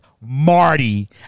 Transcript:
Marty